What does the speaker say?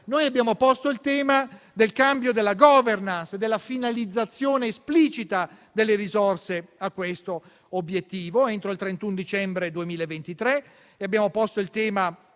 Abbiamo posto il tema del cambio della *governance* e della finalizzazione esplicita delle risorse a questo obiettivo entro il 31 dicembre 2023. Abbiamo posto il tema